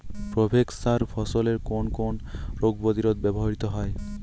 Provex সার ফসলের কোন কোন রোগ প্রতিরোধে ব্যবহৃত হয়?